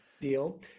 deal